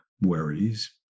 worries